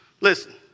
listen